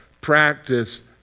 practice